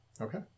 Okay